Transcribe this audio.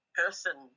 person